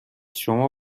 شما